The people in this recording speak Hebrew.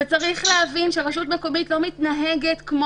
וצריך להבין שרשות מקומית לא מתנהגת כמו